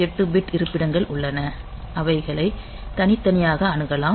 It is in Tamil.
128 பிட் இருப்பிடங்கள் உள்ளன அவைகளைத் தனித்தனியாக அணுகலாம்